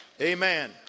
Amen